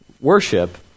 Worship